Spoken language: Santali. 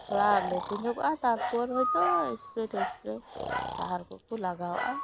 ᱛᱷᱚᱲᱟ ᱞᱟᱹᱴᱩ ᱧᱚᱜᱚᱜᱼᱟ ᱛᱟᱨᱯᱚᱨ ᱦᱳᱭᱛᱳ ᱮᱥᱯᱨᱮᱼᱴᱮᱥᱯᱨᱮᱹ ᱥᱟᱦᱟᱨ ᱠᱚᱠᱚ ᱞᱟᱜᱟᱣᱟᱜᱼᱟ